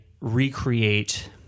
recreate